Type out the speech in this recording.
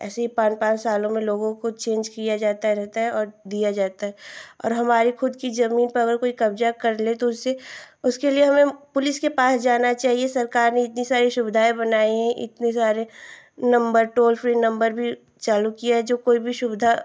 ऐसे ही पाँच पाँच सालों में लोगों को चेन्ज किया जाता है रहता है और दिया जाता है और हमारी ख़ुद कि जमीन पर अगर कोई कब्ज़ा कर ले तो उसे उसके लिए हमें पुलिस के पास जाना चाहिए सरकार ने इतनी सारी सुविधाएँ बनाई हैं इतने सारे नम्बर टोल फ्री नम्बर भी चालू किया है जो कोई भी सुविधा